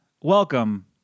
welcome